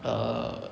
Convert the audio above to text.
err